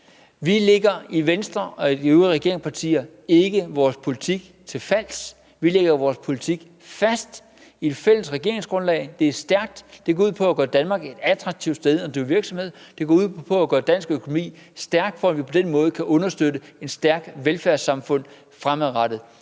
politik i Venstre og i de øvrige regeringspartier er ikke til fals. Vi lægger vores politik fast i et fælles regeringsgrundlag. Det er stærkt, det går ud på at gøre Danmark til et attraktivt sted at drive virksomhed. Det går ud på at gøre dansk økonomi stærk, for at vi på den måde kan understøtte et stærkt velfærdssamfund fremadrettet.